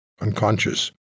unconscious